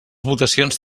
votacions